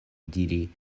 diri